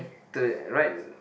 to right